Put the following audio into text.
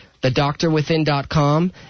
thedoctorwithin.com